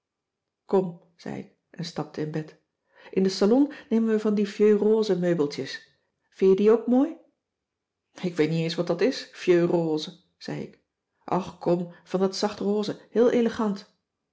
kom zei ik en stapte in bed in den salon nemen we van die vieux rose meubeltjes vin je die ook mooi ik weet niet eens wat dat is vieux rose zei ik och kom van dat zacht rose heel elegant